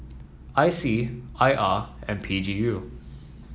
I C I R and P G U